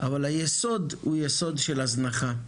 אבל היסוד הוא יסוד של הזנחה.